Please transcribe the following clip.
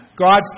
God's